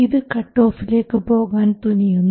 ഇത് കട്ടോഫിലേക്ക് പോകാൻ തുനിയുന്നു